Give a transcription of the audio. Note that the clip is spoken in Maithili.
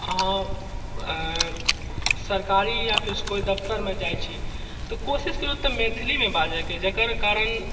अहाँ सरकारी या फेर कोइ दफ्तरमे जाइ छी तऽ कोशिश करू ओतऽ मैथिलीमे बाजैके जकर कारण